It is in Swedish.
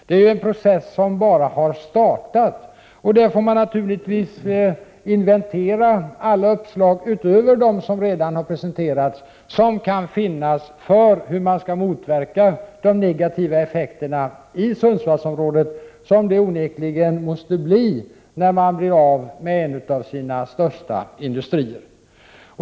Det är en process som bara har startat. Man får naturligtvis inventera alla uppslag, utöver dem som redan har presenterats, som kan finnas för hur vi skall kunna motverka de negativa effekter i Sundsvallsområdet som det onekligen blir när man förlorar en av sina största industrier.